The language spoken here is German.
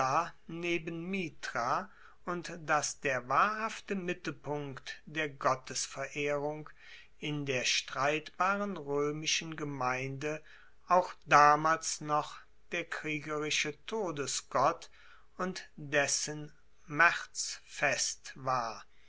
neben mithra und dass der wahrhafte mittelpunkt der gottesverehrung in der streitbaren roemischen gemeinde auch damals noch der kriegerische todesgott und dessen maerzfest war